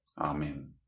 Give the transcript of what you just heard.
Amen